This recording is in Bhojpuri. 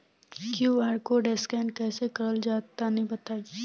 क्यू.आर कोड स्कैन कैसे क़रल जला तनि बताई?